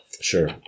Sure